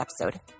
episode